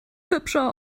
hübscher